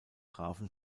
grafen